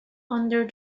under